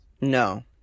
No